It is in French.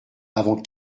avant